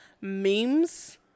memes